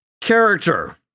character